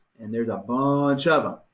and there's a ah bunch of them.